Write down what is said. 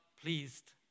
pleased